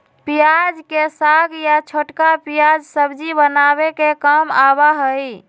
प्याज के साग या छोटका प्याज सब्जी बनावे के काम आवा हई